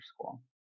school